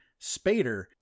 Spader